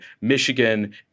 Michigan